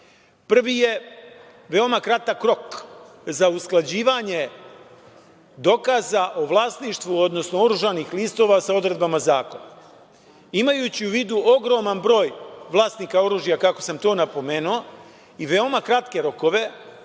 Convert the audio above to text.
Prvi je veoma kratak rok za usklađivanje dokaza o vlasništvu, odnosno oružanih listova sa odredbama zakona. Imajući u vidu ogroman broj vlasnika oružja, kako sam to napomenuo i veoma kratke rokove,